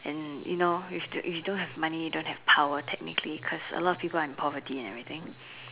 and you know if you if you don't have money you don't have money technically cause a lot of people are in poverty and everything